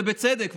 ובצדק,